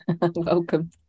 welcome